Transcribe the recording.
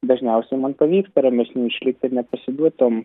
dažniausiai man pavyksta ramesniu išlikti ir nepasiduoti tom